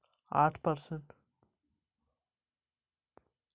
জমি ক্রয়ের জন্য ঋণ নিলে তার সুদের হার কতো?